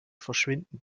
verschwinden